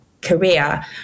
career